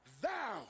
Thou